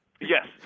Yes